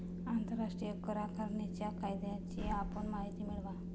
आंतरराष्ट्रीय कर आकारणीच्या कायद्याची आपण माहिती मिळवा